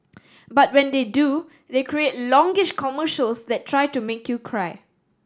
but when they do they create longish commercials that try to make you cry